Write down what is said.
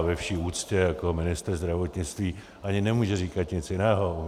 Ve vší úctě jako ministr zdravotnictví ani nemůže říkat nic jiného.